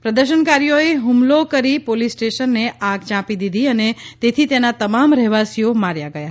પ્રદર્શનકારીઓએ હ્મલો કરી પોલીસ સ્ટેશનને આગ ચાંપી દીધી અને તેથી તેના તમામ રહેવાસીઓ માર્યા ગયા